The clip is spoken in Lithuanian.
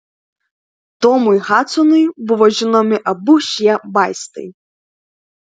tomui hadsonui buvo žinomi abu šie vaistai